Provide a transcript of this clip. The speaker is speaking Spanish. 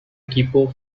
equipo